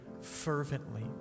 fervently